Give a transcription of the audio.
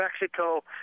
Mexico